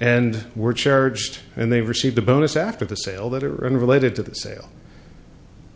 and were charged and they received a bonus after the sale that are unrelated to the sale